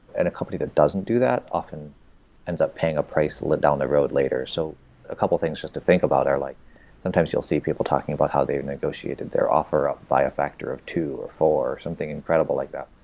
and a company that doesn't do that often ends up paying a price down the road later. so a couple of things just to think about are like sometimes you'll see people talking about how they negotiated their offer up by a factor of two, or four, or something incredible like that.